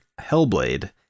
Hellblade